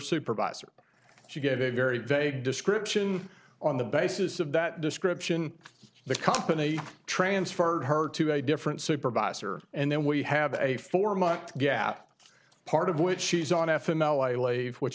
supervisor she gave a very vague description on the basis of that description the company transferred her to a different supervisor and then we have a four month gap part of which she's on f m l i lave which